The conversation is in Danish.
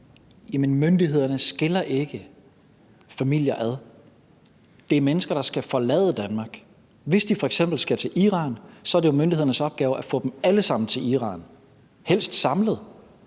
Jamen myndighederne skiller ikke familier ad. Det er mennesker, der skal forlade Danmark. Hvis de f.eks. skal til Iran, er det jo myndighedernes opgave at få dem alle sammen til Iran, helst samlet.